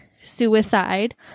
suicide